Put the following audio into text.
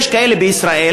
יש כאלה בישראל,